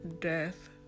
Death